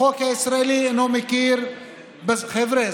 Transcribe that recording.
החוק הישראלי אינו מכיר, חבר'ה.